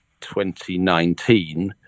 2019